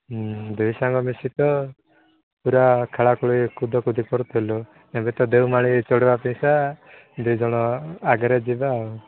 ହୁଁ ଦୁଇସାଙ୍ଗ ମିଶି ତ ପୂରା ଖେଳାଖେୋଳି କୁଦାକୁଦି କରୁଥିଲୁ ଏବେ ତ ଦେଓମାଳି ଚଢ଼ିବା ଅପେକ୍ଷା ଦୁଇଜଣ ଆଗରେ ଯିବା ଆଉ